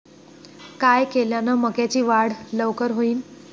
काय केल्यान मक्याची वाढ लवकर होईन?